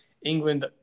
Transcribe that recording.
England